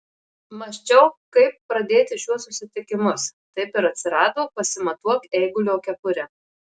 mąsčiau kaip pradėti šiuos susitikimus taip ir atsirado pasimatuok eigulio kepurę